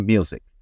Music